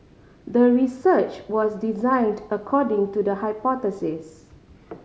the research was designed according to the hypothesis